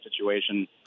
situation